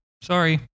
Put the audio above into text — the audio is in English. Sorry